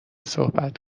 صحبت